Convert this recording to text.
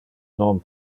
non